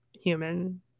human